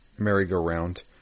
merry-go-round